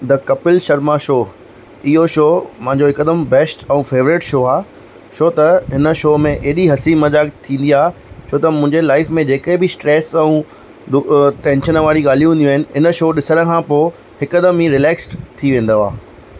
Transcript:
the Kapil Sharma show इयो show मुंहिंजो हिकदमु बेस्ट ऐं फेवरेट शो आहे छो त इन शो में हेॾी हसी मज़ाक़ थींदी आहे छो त मुंहिंजे लाइफ़ में जे के बि स्ट्रेस ऐं टेंशन वारी ॻाल्हियूं हूंदीयूं आहिनि इन शो ॾिसण खां पोइ हिकदमु ई रिलैक्सड थी वेंदो आहे